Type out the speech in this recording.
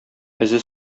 эзе